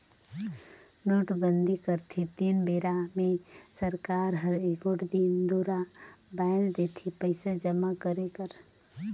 नोटबंदी करथे तेन बेरा मे सरकार हर एगोट दिन दुरा बांएध देथे पइसा जमा करे कर